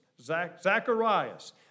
Zacharias